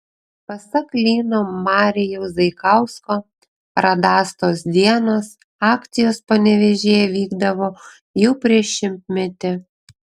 pasak lino marijaus zaikausko radastos dienos akcijos panevėžyje vykdavo jau prieš šimtmetį